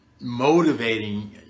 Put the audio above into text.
motivating